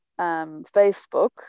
Facebook